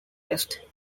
pest